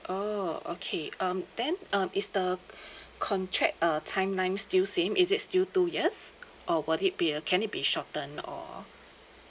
oh okay um then um is the contract uh timeline still same is it still two years or would it be a can it be shortened or